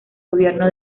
gobierno